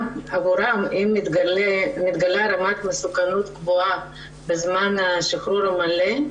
אם מתגלה בהם רמת מסוכנות גבוהה בזמן השחרור המלא,